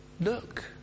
look